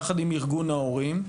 יחד עם ארגון ההורים,